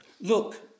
Look